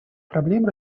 проблемы